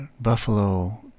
buffalo